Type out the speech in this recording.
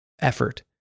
effort